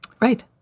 Right